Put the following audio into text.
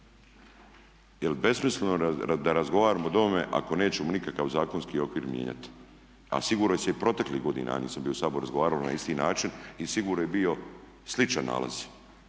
Je li besmisleno da razgovaramo o ovome ako nećemo nikakav zakonski okvir mijenjati? A sigurno se i proteklih godina, ja nisam bio u Saboru, razgovaralo na isti način i sigurno je bio sličan nalaz.